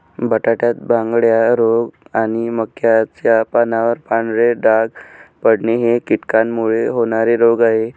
बटाट्यात बांगड्या रोग आणि मक्याच्या पानावर पांढरे डाग पडणे हे कीटकांमुळे होणारे रोग आहे